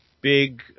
big